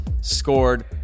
scored